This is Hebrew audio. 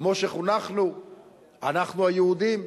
כמו שחונכנו אנחנו היהודים,